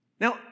Now